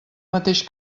mateix